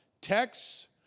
texts